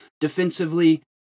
defensively